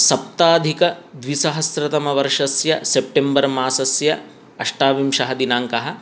सप्ताधिकद्विसहस्रतमवर्षस्य सेप्टेम्बर् मासस्य अष्टाविंशः दिनाङ्कः